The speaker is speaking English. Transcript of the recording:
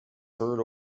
heard